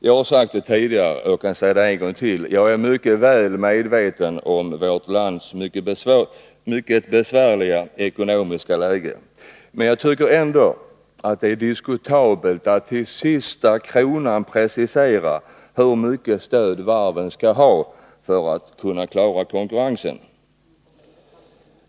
Som jag sagt tidigare, är jag medveten om vårt mycket svåra ekonomiska läge, men jag tycker ändå det är diskutabelt att till sista kronan precisera hur stort stöd varven skall erhålla för att kunna klara konkurrensen.